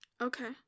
Okay